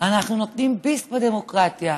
אנחנו נותנים ביס בדמוקרטיה.